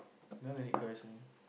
none only guys only